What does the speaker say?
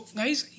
guys